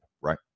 right